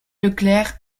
leclerc